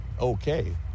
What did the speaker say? okay